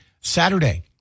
Saturday